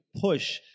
push